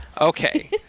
Okay